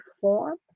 form